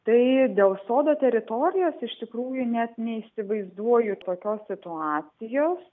tai dėl sodo teritorijos iš tikrųjų net neįsivaizduoju tokios situacijos